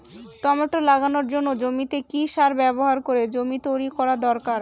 Tomato লাগানোর জন্য জমিতে কি সার ব্যবহার করে জমি তৈরি করা দরকার?